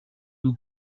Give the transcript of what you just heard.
rwo